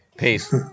Peace